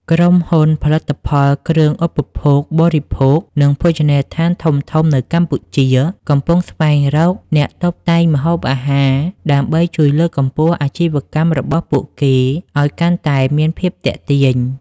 ក្រុមហ៊ុនផលិតផលគ្រឿងឧបភោគបរិភោគ និងភោជនីយដ្ឋានធំៗនៅកម្ពុជា កំពុងស្វែងរកអ្នកតុបតែងម្ហូបអាហារដើម្បីជួយលើកកម្ពស់អាជីវកម្មរបស់ពួកគេឱ្យកាន់តែមានភាពទាក់ទាញ។